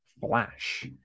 Flash